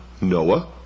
Noah